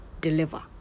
deliver